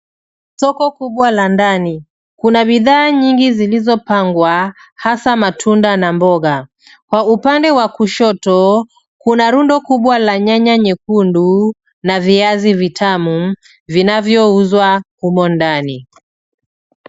Soko kubwa la ndani. Kuna bidhaa nyingi zilizopangwa hasa matunda na mboga. Kwa upande wa kushoto kuna rundo kubwa la nyanya nyekundu na viazi vitamu vinavyouzwa humo ndani.